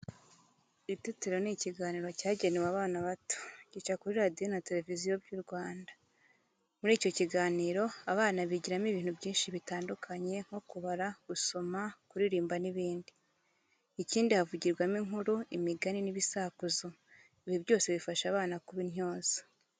Itetero ni ikiganiro cyagenewe abana bato, gica kuri Radiyo na Televiziyo by'u Rwanda. Muri icyo kiganiro abana bigiramo ibintu byinshi bitandukanye nko kubara, gusoma, kuririmba n'ibindi. Ikindi, havugirwamo inkuru, imigani n'ibisakuzo, ibi byose bifasha abana kuba intyoza.